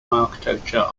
architecture